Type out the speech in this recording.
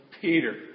Peter